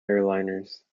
airliners